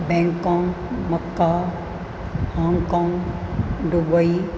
Bangkok mecca Hong Kong Dubai